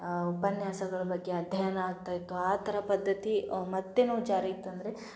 ಉಪನ್ಯಾಸಗಳು ಬಗ್ಗೆ ಅಧ್ಯಯನ ಆಗ್ತಾಯಿತ್ತು ಆ ಥರ ಪದ್ಧತಿ ಮತ್ತು ನಾವು ಜಾರಿಗೆ ತಂದರೆ